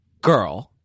girl—